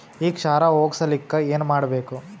ಈ ಕ್ಷಾರ ಹೋಗಸಲಿಕ್ಕ ಏನ ಮಾಡಬೇಕು?